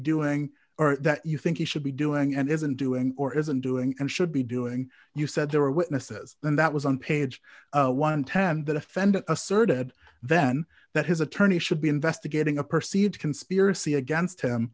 doing or that you think you should be doing and isn't doing or isn't doing and should be doing you said there were witnesses then that was on page one hundred and ten dollars that offended asserted then that his attorney should be investigating a perceived conspiracy against him